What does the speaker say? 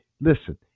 Listen